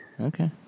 Okay